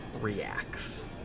reacts